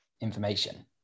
information